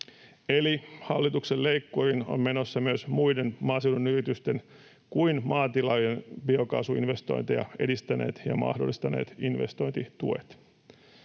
Eli hallituksen leikkuriin on menossa myös muiden maaseudun yritysten kuin maatilojen biokaasuinvestointeja edistäneet ja mahdollistaneet investointituet.